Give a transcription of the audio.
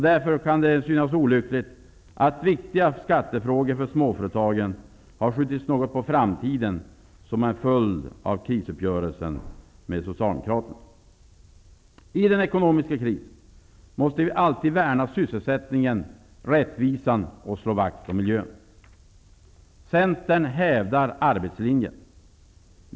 Därför är det olyckligt att viktiga skattefrågor för småföretagen har skjutits något på framtiden som en följd av krisuppgörelsen med I den ekonomiska krisen måste vi alltid värna sysselsättningen och rättvisan och slå vakt om miljön. Centern hävdar arbetslinjen.